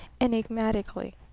enigmatically